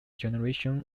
generation